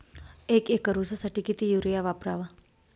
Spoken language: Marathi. एक एकर ऊसासाठी किती युरिया वापरावा?